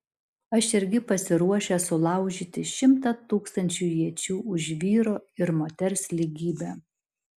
aš irgi pasiruošęs sulaužyti šimtą tūkstančių iečių už vyro ir moters lygybę